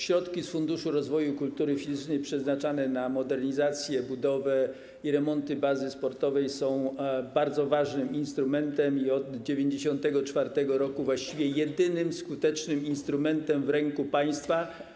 Środki z Funduszu Rozwoju Kultury Fizycznej przeznaczane na modernizację, budowę i remonty bazy sportowej są bardzo ważnym instrumentem, od 1994 r. są właściwie jedynym skutecznym instrumentem w ręku państwa.